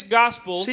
gospel